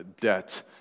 debt